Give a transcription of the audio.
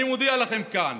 אני מודיע לכם כאן: